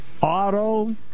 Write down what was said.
Auto